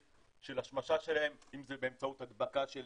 של השמשה שלהן אם זה באמצעות הדבקה של